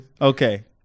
Okay